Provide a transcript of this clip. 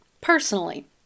personally